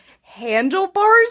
handlebars